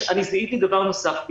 אני זיהיתי דבר נוסף.